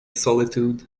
solitude